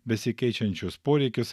besikeičiančius poreikius